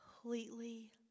completely